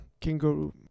kangaroo